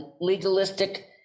legalistic